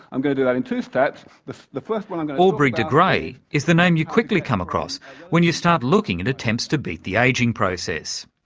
i'm going to do that in two steps. the the first one i'm going. aubrey de grey is the name you quickly come across when you start looking at attempts to beat the ageing process.